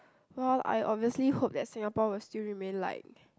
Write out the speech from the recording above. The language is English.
well I obviously hope that Singapore will still remain like